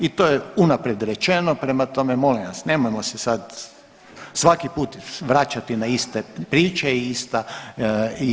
I to je unaprijed rečeno prema tome molim vas nemojmo se sad svaki put vraćati na iste priče i ista, iste ovaj.